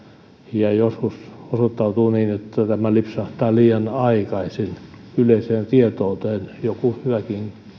ja joskus osoittautuu niin että tämä lipsahtaa liian aikaisin yleiseen tietouteen joku hyväkin